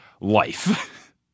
life